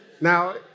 Now